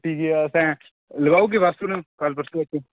टीके असें लोआई ओड़गे कल्ल परसों तगर